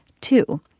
Two